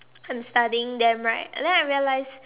I'm studying them right and then I realized